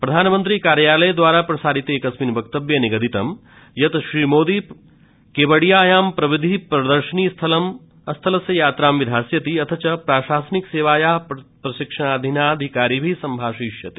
प्रधानमन्त्री कार्यालयद्वारा प्रसारिते एकस्मिन वक्तव्ये निगदितं यत् श्रीमोदी केवाडियायां प्रविधि प्रर्दशनीस्थलस्य यात्रां विधास्यति अथ च प्राशासनिक सेवायाः प्रशिक्षणाधीनाधिकारिभिः समं सम्भाषिष्यते